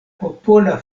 popola